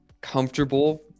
comfortable